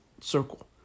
circle